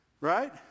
right